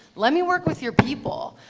let me work with your people.